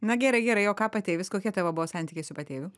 na gerai gerai o ką patėvis kokie tavo buvo santykiai su patėviu